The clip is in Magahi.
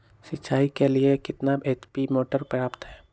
सिंचाई के लिए कितना एच.पी मोटर पर्याप्त है?